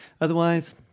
Otherwise